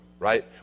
Right